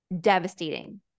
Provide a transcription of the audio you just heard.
Devastating